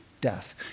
death